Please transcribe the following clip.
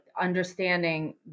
understanding